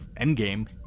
Endgame